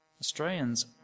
Australians